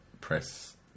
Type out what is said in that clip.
press